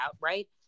right